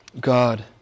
God